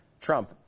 Trump